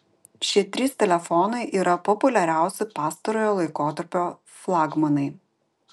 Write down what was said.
šie trys telefonai yra populiariausi pastarojo laikotarpio flagmanai